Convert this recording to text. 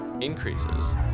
increases